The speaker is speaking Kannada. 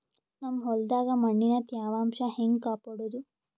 ನಮ್ ಹೊಲದಾಗ ಮಣ್ಣಿನ ತ್ಯಾವಾಂಶ ಹೆಂಗ ಕಾಪಾಡೋದು?